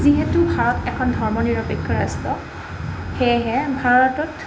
যিহেতু ভাৰত এখন ধৰ্ম নিৰপেক্ষ ৰাষ্ট্ৰ সেয়েহে ভাৰতত